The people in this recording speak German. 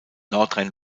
nordrhein